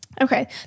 Okay